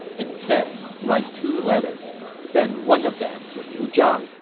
instead, write two letters. send one of them to liu zhang,